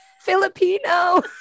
Filipino